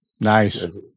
Nice